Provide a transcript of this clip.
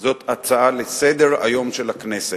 זאת הצעה לסדר-היום של הכנסת.